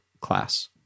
class